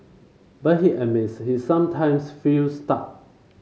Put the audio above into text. but he admits he sometimes feels stuck